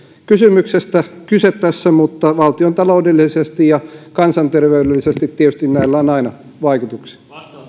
kysymyksestä kyse tässä mutta valtiontaloudellisesti ja kansanterveydellisesti tietysti näillä on aina vaikutuksia